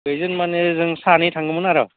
खैजोन माने जों सानै थांगोमोन आरो